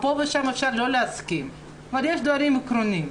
פה ושם אפשר לא להסכים, אבל יש דברים עקרוניים.